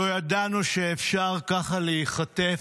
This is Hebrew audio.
לא ידענו שאפשר ככה להיחטף,